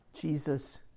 Jesus